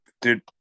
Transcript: Dude